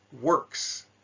works